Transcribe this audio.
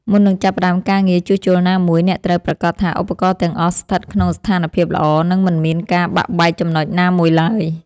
មុននឹងចាប់ផ្តើមការងារជួសជុលណាមួយ អ្នកត្រូវប្រាកដថាឧបករណ៍ទាំងអស់ស្ថិតក្នុងស្ថានភាពល្អ និងមិនមានការបាក់បែកចំណុចណាមួយឡើយ។